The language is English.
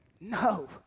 No